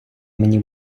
мені